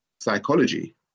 psychology